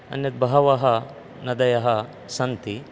अन्यत् बहवः नद्यः सन्ति